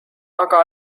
aga